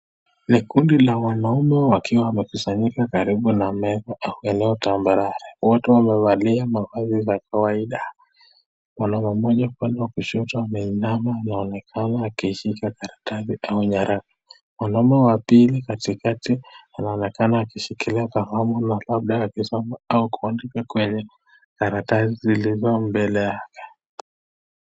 Ni kundi la wanaume wakiwa wamekusanyika karibu an eneo tambarare, wote wamevalia mavazi ya kawaida, mwanaume mmoja upande wa kushoto aminama na anaonekana akishika karatasi au nyarafa, mwanaume wa pili katikati anaonekana akishkilia kalamu kuku akisoma au kuandika kwenye karatasi zilizo mbele yake.